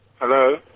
Hello